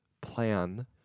plan